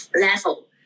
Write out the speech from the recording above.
level